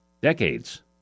decades